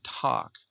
talk